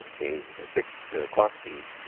a fixed clock speed.